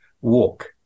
walk